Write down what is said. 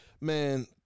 Man